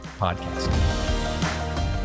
podcast